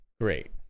great